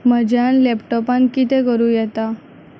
म्हज्यान लॅपटॉपान कितें करूं येतात